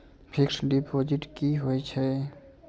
Fixed deposit की होय छै?